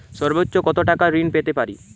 সর্বোচ্চ কত টাকা ঋণ পেতে পারি?